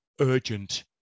urgent